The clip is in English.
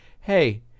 hey